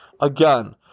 again